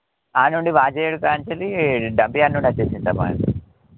ఆడ నుండి dump yard నుండొచ్చేసింది సార్ మనకు